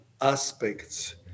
aspects